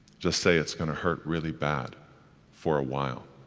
just say, it's going to hurt really bad for a while.